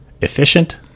efficient